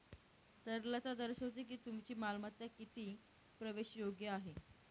तरलता दर्शवते की तुमची मालमत्ता किती प्रवेशयोग्य आहे